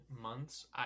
months